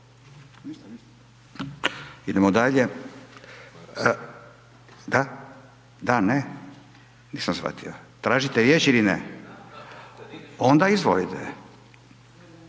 Idemo dalje. Da? Da, ne? Nisam shvatio. Tražite riječ ili ne? .../Upadica